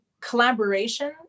collaboration